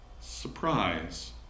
surprise